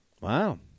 Wow